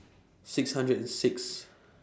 six hundred and Sixth